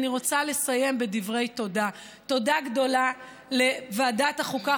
אני רוצה לסיים בדברי תודה: תודה גדולה לוועדת החוקה,